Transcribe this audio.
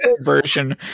version